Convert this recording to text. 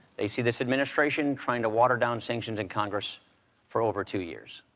they see this administration trying to water down sanctions in congress for over two years.